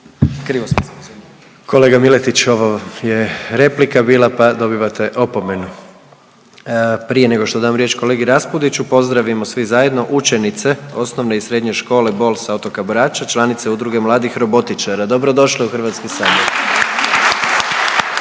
Gordan (HDZ)** Kolega Miletić ovo je replika bila pa dobivate opomenu. Prije nego što dam riječ kolegi Raspudiću, pozdravimo svi zajedno učenice Osnovne i Srednje škole Bol sa otoka Brača, članice Udruge mladih robotičara. Dobro došle u Hrvatski sabor.